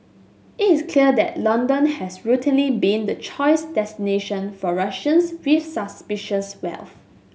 it is clear that London has routinely been the choice destination for Russians with suspicious wealth